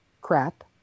crap